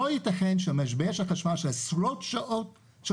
לא ייתכן שהמשבר של החשמל של עשרות שעות של